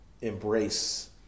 embrace